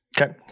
okay